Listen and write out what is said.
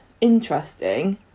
interesting